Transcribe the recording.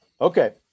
Okay